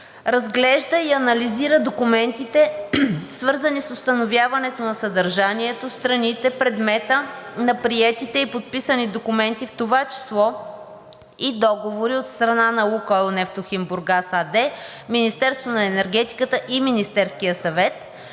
Разглежда и анализира документите, свързани с установяването на съдържанието, страните, предмета на приетите и подписани документи, в това число и договори, от страна на „Лукойл Нефтохим Бургас“ АД, Министерството на енергетиката и Министерския съвет.